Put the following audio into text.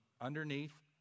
underneath